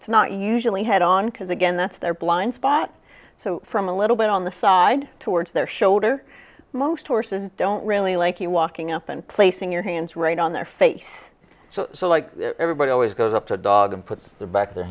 it's not usually head on because again that's their blind spot so from a little bit on the side towards their shoulder most horses don't really like you walking up and placing your hands right on their face so like everybody always goes up to a dog and puts the back of the